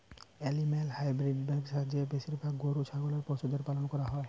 animal husbandry ব্যবসা তে বেশিরভাগ গরু ছাগলের পশুদের পালন করা হই